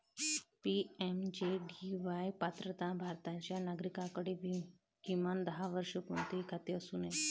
PMJDY पात्रता भारताच्या नागरिकाकडे, किमान दहा वर्षे, कोणतेही खाते असू नये